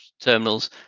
terminals